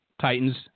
Titans